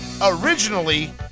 originally